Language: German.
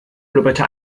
blubberte